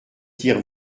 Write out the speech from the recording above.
tire